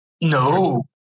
No